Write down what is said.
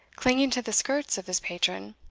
clinging to the skirts of his patron,